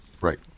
Right